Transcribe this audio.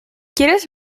quieres